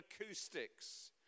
acoustics